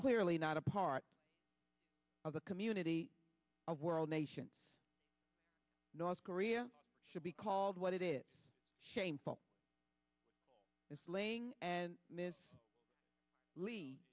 clearly not a part of the community of world nations north korea should be called what it is shameful is laying and miss le